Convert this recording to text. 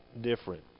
different